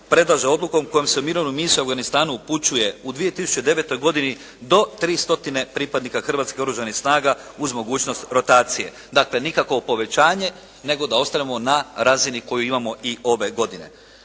predlaže odlukom kojom se u Mirovnu misiju u Afganistan upućuje u 2009. godini do 3 stotine pripadnika Hrvatskih oružanih snaga uz mogućnost rotacije, dakle nikakvo povećanje nego da ostanemo na razini koju imamo i ove godine.